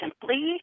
simply